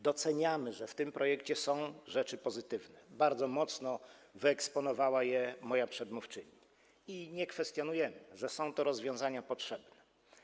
Doceniamy, że w tym projekcie są rzeczy pozytywne - bardzo mocno wyeksponowała je moja przedmówczyni - i nie kwestionujemy, że są to rozwiązania potrzebne.